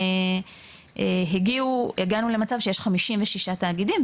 הגיענו למצב שיש 56 תאגידים,